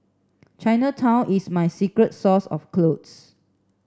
Chinatown is my secret source of clothes